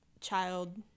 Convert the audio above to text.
child